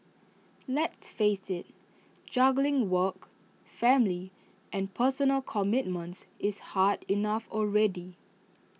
let's face IT juggling work family and personal commitments is hard enough already